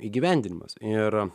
įgyvendinimas ir